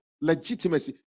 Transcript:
legitimacy